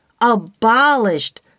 abolished